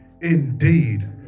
indeed